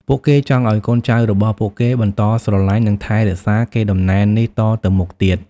ពួកគេចង់ឱ្យកូនចៅរបស់ពួកគេបន្តស្រឡាញ់និងថែរក្សាកេរដំណែលនេះតទៅមុខទៀត។